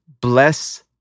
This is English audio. bless